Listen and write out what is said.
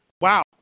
Wow